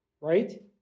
right